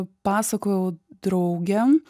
pasakojau draugėm